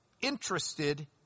interested